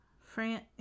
France